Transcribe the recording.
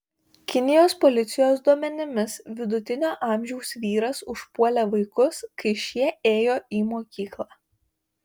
kinijos policijos duomenimis vidutinio amžiaus vyras užpuolė vaikus kai šie ėjo į mokyklą